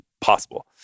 possible